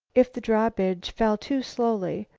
if the drawbridge fell too slowly,